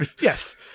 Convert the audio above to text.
yes